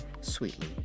Sweetly